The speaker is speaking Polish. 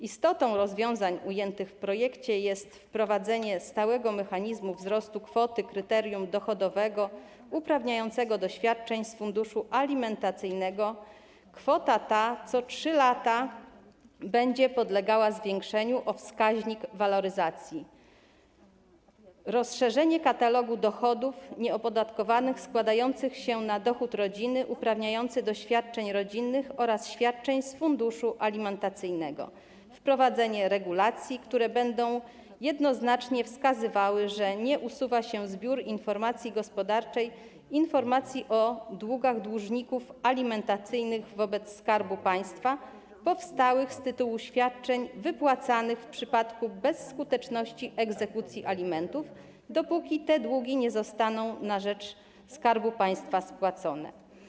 Istotą rozwiązań ujętych w projekcie jest wprowadzenie stałego mechanizmu wzrostu kwoty kryterium dochodowego uprawniającego do świadczeń z funduszu alimentacyjnego - kwota ta co 3 lata będzie podlegała zwiększeniu o wskaźnik waloryzacji, rozszerzenie katalogu dochodów nieopodatkowanych składających się na dochód rodziny uprawniający do świadczeń rodzinnych oraz świadczeń z funduszu alimentacyjnego, wprowadzenie regulacji, które będą jednoznacznie wskazywały, że nie usuwa się z biur informacji gospodarczej informacji o długach dłużników alimentacyjnych wobec Skarbu Państwa powstałych z tytułu świadczeń wypłacanych w przypadku bezskuteczności egzekucji alimentów, dopóki te długi nie zostaną na rzecz Skarbu Państwa spłacone.